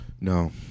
No